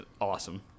awesome